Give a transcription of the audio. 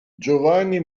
giovanni